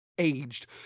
Aged